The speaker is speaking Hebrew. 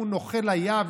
הוא נוכל היה,